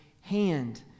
hand